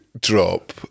Drop